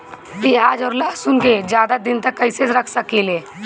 प्याज और लहसुन के ज्यादा दिन तक कइसे रख सकिले?